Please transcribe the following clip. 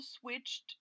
Switched